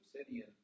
obsidian